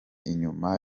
inyuma